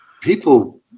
people